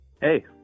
Hey